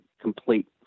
complete